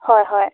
হয় হয়